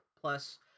plus